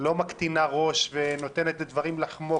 לא מקטינה ראש ונותנת לדברים לחמוק.